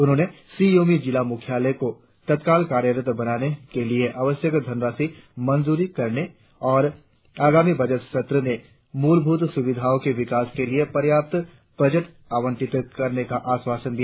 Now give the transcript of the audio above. उन्होंने शि योमी जिला मुख्यालय को तत्काल कार्यरत बनाने के लिए आवश्यक धनराशि मंजूर करने और आगामी वजट सत्र में मूल भुत सुविधाओ के विकास के लिए पर्याप्त वजट आंवटित करने का आश्वासन दिया